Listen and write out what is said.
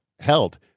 Held